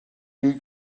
you